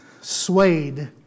swayed